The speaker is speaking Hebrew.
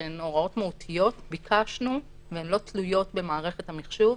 שהן הוראות מהותיות והן לא תלויות במערכת המחשוב,